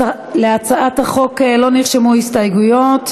להצעת החוק לא נרשמו הסתייגויות,